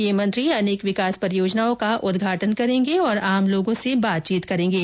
ये मंत्री अनेक विकास परियोजनाओं का उदघाटन करेंगे और आम लोगों से बातचीत करेंगे